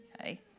Okay